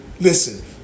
Listen